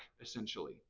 essentially